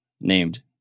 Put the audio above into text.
named